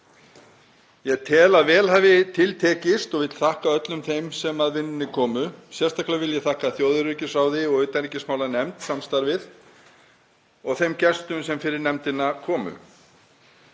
Ég tel að vel hafi til tekist og vil þakka öllum þeim sem að vinnunni komu. Sérstaklega vil ég þakka þjóðaröryggisráði og utanríkismálanefnd samstarfið og þeim gestum sem fyrir nefndina komu.